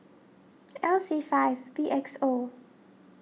L C five B X O